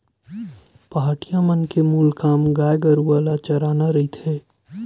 पहाटिया मन के मूल काम गाय गरु ल चराना रहिथे